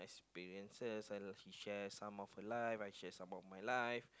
experiences and then she share some of her life I share some of my life